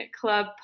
club